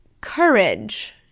courage